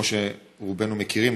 כמו שרובנו מכירים,